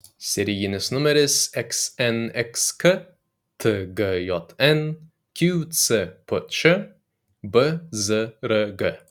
serijinis numeris xnxk tgjn qcpč bzrg